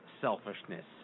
selfishness